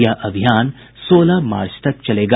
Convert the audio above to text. यह अभियान सोलह मार्च तक चलेगा